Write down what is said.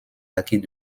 acquis